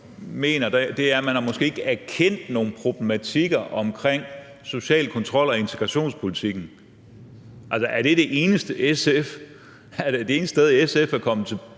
mener, er, at man måske ikke har erkendt nogle problematikker omkring social kontrol og integrationspolitik. Altså, er det det eneste sted, SF er kommet på